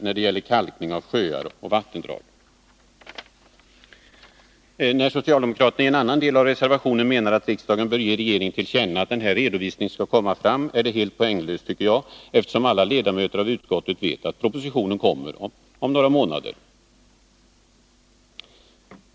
När socialdemokraterna i en annan del av reservationen menar att riksdagen bör ge regeringen till känna att den här redovisningen skall komma fram, är det helt poänglöst, tycker jag, eftersom alla ledamöter av utskottet vet att propositionen kommer om några månader.